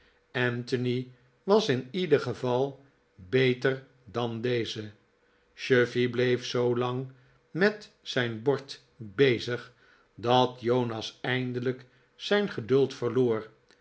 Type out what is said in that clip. anthony was in ieder geval beter dan deze chuffey bleef zoolang met zijn bord bezig dat jonas eindelijk zijn geduld verloor